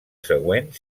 següent